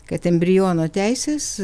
kad embriono teisės